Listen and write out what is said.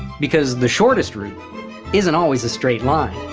because the shortest route isn't always a straight line.